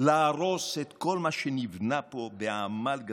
להרוס את כל מה שנבנה פה בעמל גדול?